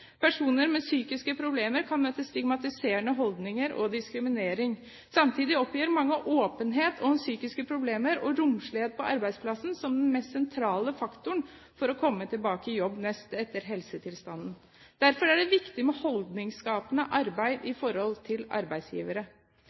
Personer med psykiske problemer kan møte stigmatiserende holdninger og diskriminering. Samtidig oppgir mange åpenhet om psykiske problemer og romslighet på arbeidsplassen som den mest sentrale faktoren for å komme tilbake til jobb, nest etter helsetilstanden. Derfor er det viktig med holdningsskapende arbeid overfor arbeidsgivere. Det engelske arbeidsdepartementet hadde i